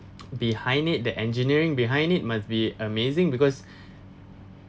behind it the engineering behind it must be amazing because